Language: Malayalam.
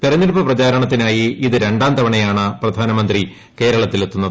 തെരഞ്ഞെടുപ്പ് പ്രചാരണത്തിനായി ഇത് രണ്ടാം തവണയാണ് പ്രധാനമന്ത്രി കേരളത്തിലെത്തുന്നത്